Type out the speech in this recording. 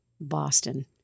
Boston